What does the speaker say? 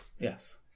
Yes